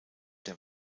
der